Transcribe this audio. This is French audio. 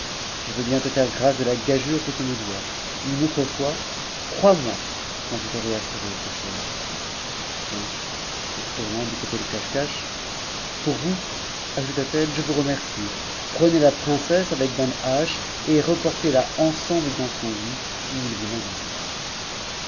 je veux bien te faire grâce de la gageure que tu me dois une autre fois crois-moi quand je t'aurai assuré quelque chose et se tournant du côté de caschcasch pour vous ajouta-t-elle je vous remercie prenez la princesse avec danhasch et reportez la ensemble dans son lit où il vous mènera